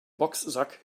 boxsack